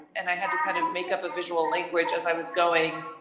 and i had to kind of make up a visual language as i was going.